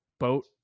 Boat